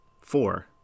four